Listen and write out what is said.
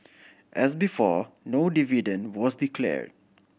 as before no dividend was declared